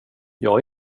jag